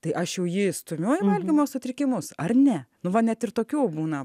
tai aš jau jį stumiu į valgymo sutrikimus ar ne nu va net ir tokių būna